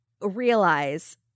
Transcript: realize